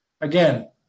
again